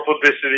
publicity